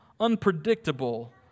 unpredictable